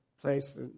place